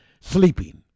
sleeping